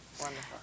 Wonderful